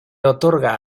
otorga